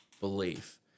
belief